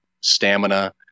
stamina